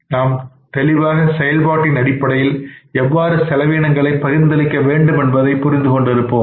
நாம் தெளிவாக செயல்பாட்டின் அடிப்படையில் எவ்வாறு செலவீனங்களை பகிர்ந்து அளிக்க வேண்டும் என்பதை புரிந்து கொண்டு இருப்போம்